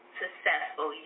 successful